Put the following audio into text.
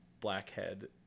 blackhead